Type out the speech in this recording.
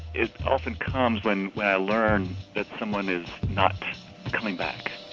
it often comes when when i learn that someone is not coming back